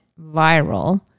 viral